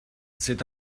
c’est